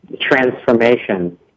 transformation